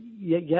yes